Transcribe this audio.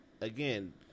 again